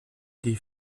des